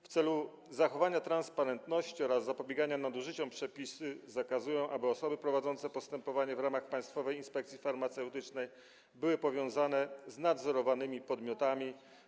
W celu zachowania transparentności oraz zapobiegania nadużyciom przepisy zakazują, aby osoby prowadzące postępowanie w ramach Państwowej Inspekcji Farmaceutycznej były powiązane z nadzorowanymi podmiotami.